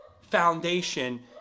foundation